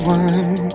one